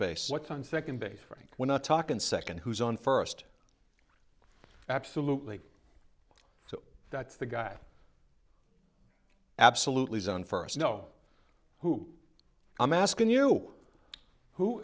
base what's on second base frank we're not talking second who's on first absolutely so that's the guy absolutely zone for us you know who i'm asking you who